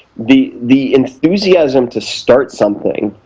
the the enthusiasm to start something